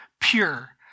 pure